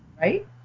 right